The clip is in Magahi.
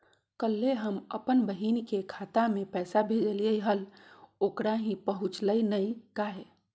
कल्हे हम अपन बहिन के खाता में पैसा भेजलिए हल, ओकरा ही पहुँचलई नई काहे?